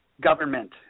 government